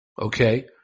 okay